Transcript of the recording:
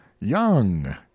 young